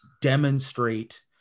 demonstrate